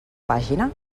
pàgina